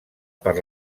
per